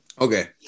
Okay